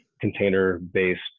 container-based